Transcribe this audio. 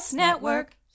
Network